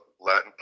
Latin